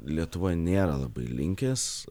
lietuvoj nėra labai linkęs